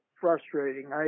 frustrating